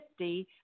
50